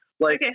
Okay